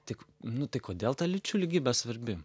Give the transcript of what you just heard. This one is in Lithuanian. tai nu tai kodėl ta lyčių lygybė svarbi